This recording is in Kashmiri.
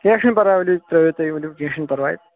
کینٛہہ چھُنہٕ پرواے ولِو ترٲیِو تُہۍ ؤلِو کینٛہہ چھُنہٕ پرواے